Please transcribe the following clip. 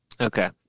Okay